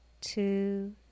two